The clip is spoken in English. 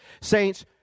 Saints